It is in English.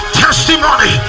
testimony